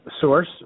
source